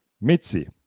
Mitzi